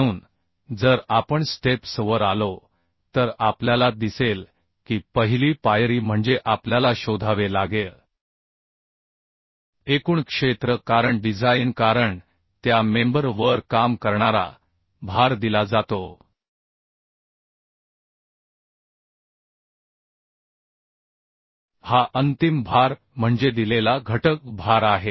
म्हणून जर आपण स्टेप्स वर आलो तर आपल्याला दिसेल की पहिली पायरी म्हणजे आपल्याला शोधावे लागेल एकूण क्षेत्र कारण डिझाइन कारण त्या मेंबर वर काम करणारा भार दिला जातो हा अंतिम भार म्हणजे दिलेला घटक भार आहे